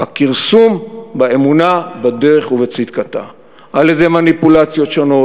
בכרסום באמונה בדרך ובצדקתה על-ידי מניפולציות שונות,